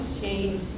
change